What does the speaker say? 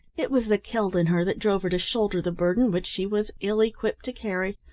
it was the celt in her that drove her to shoulder the burden which she was ill-equipped to carry,